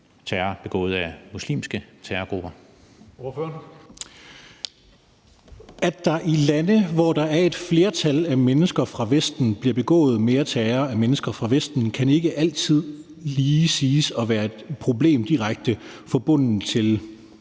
19:55 Steffen Larsen (LA): At der i lande, hvor der er et flertal af mennesker fra Vesten, bliver begået mere terror af mennesker fra Vesten, kan ikke altid lige siges at være et problem, der er direkte forbundet til,